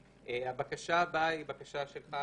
הבקשה הבאה היא בקשה שלך,